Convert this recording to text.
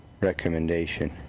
recommendation